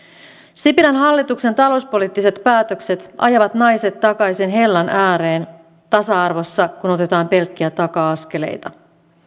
sipilän hallituksen talouspoliittiset päätökset ajavat naiset takaisin hellan ääreen tasa arvossa kun otetaan pelkkiä taka askeleita